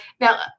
Now